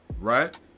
right